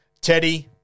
Teddy